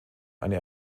eine